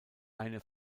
eine